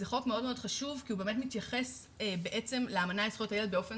זה חוק מאוד חשוב כי הוא באמת מתייחס לאמנה לזכויות הילד באופן